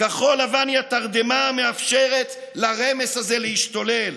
כחול לבן היא התרדמה המאפשרת לרמש הזה להשתולל.